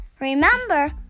Remember